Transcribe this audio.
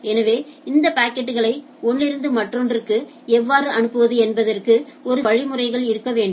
எனவே இந்த பாக்கெட்களை ஒன்றிலிருந்து மற்றொன்றுக்கு எவ்வாறு அனுப்புவது என்பதற்கு ஒரு சில வழிமுறைகள் இருக்க வேண்டும்